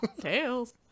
Tails